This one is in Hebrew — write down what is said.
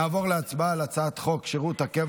נעבור להצבעה על הצעת חוק שירות הקבע